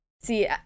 See